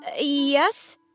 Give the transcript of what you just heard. Yes